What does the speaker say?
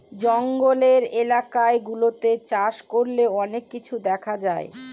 জঙ্গলের এলাকা গুলাতে চাষ করলে অনেক কিছু দেখা যায়